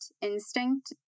instinct